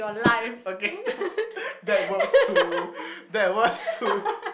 okay that that works too that works too